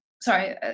sorry